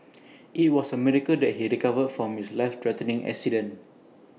IT was A miracle that he recovered from his life threatening accident